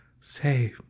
Say